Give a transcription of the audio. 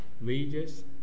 wages